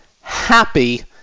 Happy